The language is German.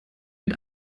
mit